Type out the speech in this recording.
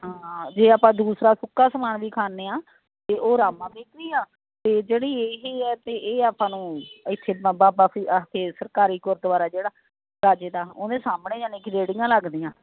ਹਾਂ ਜੇ ਆਪਾਂ ਦੂਸਰਾ ਸੁੱਕਾ ਸਮਾਨ ਵੀ ਖਾਂਦੇ ਹਾਂ ਅਤੇ ਉਹ ਰਾਮਾ ਬੇਕਰੀ ਆ ਅਤੇ ਜਿਹੜੀ ਇਹੀ ਹੈ ਅਤੇ ਇਹ ਆਪਾਂ ਨੂੰ ਇੱਥੇ ਬਾਬਾ ਫਰੀਦ ਸਰਕਾਰੀ ਗੁਰਦੁਆਰਾ ਜਿਹੜਾ ਰਾਜੇ ਦਾ ਉਹਦੇ ਸਾਹਮਣੇ ਯਾਨੀ ਕਿ ਰੇੜੀਆਂ ਲੱਗਦੀਆਂ